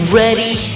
ready